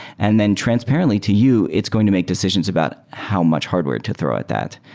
and then transparently, to you, it's going to make decisions about how much hardware to throw at that.